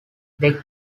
they